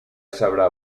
sabrà